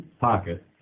pocket